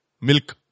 milk